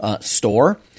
store